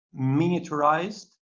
miniaturized